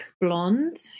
blonde